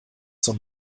zur